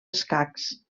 escacs